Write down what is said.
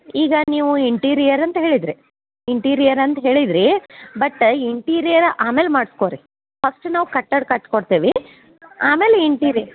ಈಗ ನೀವು ಇಂಟೀರಿಯರ್ ಅಂತ ಹೇಳಿದಿರಿ ಇಂಟೀರಿಯರ್ ಅಂತ ಹೇಳಿದಿರಿ ಬಟ ಇಂಟೀರಿಯರ್ ಆಮೇಲೆ ಮಾಡಿಸ್ಕೊ ರೀ ಫಸ್ಟ್ ನಾವು ಕಟ್ಟಡ ಕಟ್ಟಿ ಕೊಡ್ತೇವೆ ಆಮೇಲ್ ಇಂಟೀರಿ